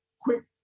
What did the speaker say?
quick